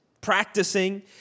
practicing